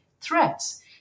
threats